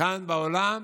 כאן בעולם